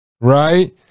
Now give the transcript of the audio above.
right